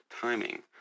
timing